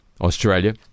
Australia